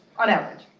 on average.